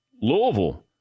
Louisville